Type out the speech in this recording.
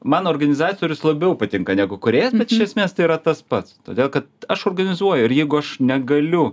man organizatorius labiau patinka negu kūrėjas bet iš esmės tai yra tas pats todėl kad aš organizuoju ir jeigu aš negaliu